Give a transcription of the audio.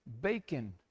bacon